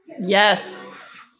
Yes